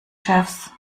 chefs